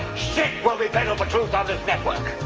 shit will be peddle for truth on this network!